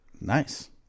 Nice